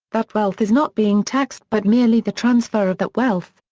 that wealth is not being taxed but merely the transfer of that wealth,